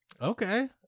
Okay